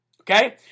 Okay